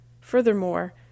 furthermore